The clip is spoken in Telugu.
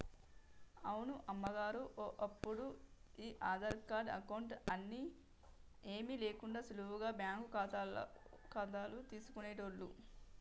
అవును అమ్మగారు ఒప్పుడు ఈ ఆధార్ కార్డు అకౌంట్ అని ఏమీ లేకుండా సులువుగా బ్యాంకు ఖాతాలు తీసుకునేటోళ్లు